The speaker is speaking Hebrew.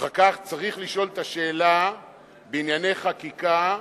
אחר כך צריך לשאול את השאלה בענייני חקיקה,